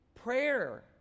Prayer